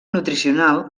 nutricional